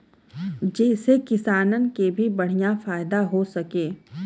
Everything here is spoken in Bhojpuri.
जेसे किसानन के भी बढ़िया फायदा हो सके